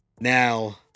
Now